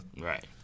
Right